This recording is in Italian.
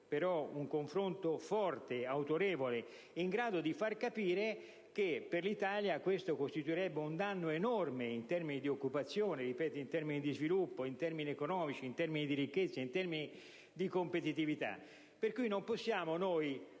un confronto serrato, forte e autorevole, in grado di far capire che per l'Italia questo costituirebbe un danno enorme in termini economici, di occupazione, di sviluppo, ricchezza e competitività.